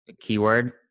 keyword